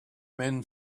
men